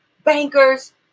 bankers